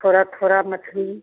थोड़ा थोड़ा मछली